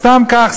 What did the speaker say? סתם כך.